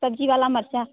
सब्जी वाला मिर्चा